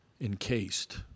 encased